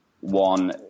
one